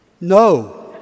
No